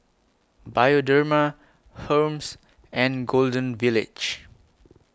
Bioderma Hermes and Golden Village